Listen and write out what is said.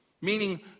Meaning